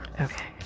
Okay